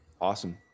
Awesome